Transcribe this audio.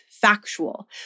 factual